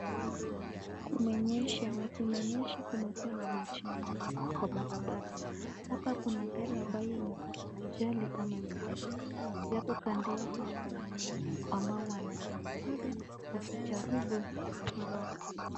Kumenyesha na kumenyesha kumekuwa na maji mingi kwa barabara. Hapa kuna gari ambayo imepata ajali ama imeanguka. Alafu kando yake kuna wanaume ambao wanatembea wakijaribu kutoroka.